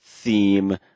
theme